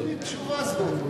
איזה מין תשובה זו?